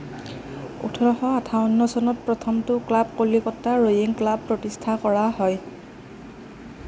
ওঠৰশ আঠাৱন্ন চনত প্ৰথমটো ক্লাব কলিকতা ৰোইং ক্লাব প্ৰতিষ্ঠা কৰা হয়